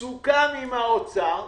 סוכם עם האוצר,